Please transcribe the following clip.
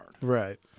right